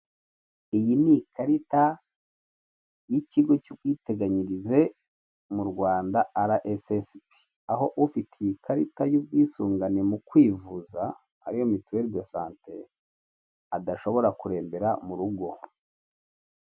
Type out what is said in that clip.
Iyi ni ikarita y'ikigo cy'ubwiteganyirize mu Rwanda RSSB, aho ufite iyi karita y'ubwisungane mu kwivuza ariyo mituweli do sante adashobora kurembera mu rugo.